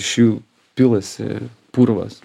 iš jų pilasi purvas